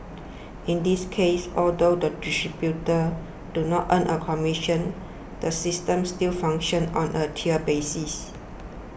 in this case although the distributors do not earn a commission the system still functions on a tiered basis